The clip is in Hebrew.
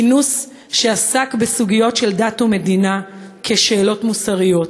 כינוס שעסק בסוגיות של דת ומדינה כשאלות מוסריות.